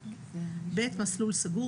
מסלול סגור,